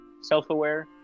Self-aware